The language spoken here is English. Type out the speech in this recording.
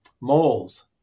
moles